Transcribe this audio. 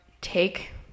take